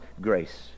grace